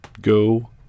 Go